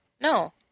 No